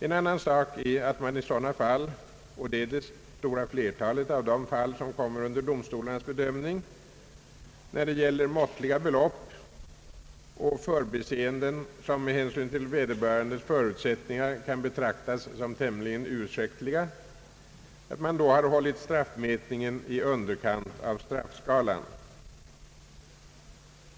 En annan sak är att man i sådana fall — och det är det stora flertalet av de fall som kommer under domstolarnas bedömning — då det gäller måttliga belopp och förbiseenden som med hänsyn till vederbörandes förutsättningar kan betraktas som tämligen ursäktliga, hållit straffmätningen i underkant av straffskalan.